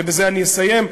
ובזה אני אסיים,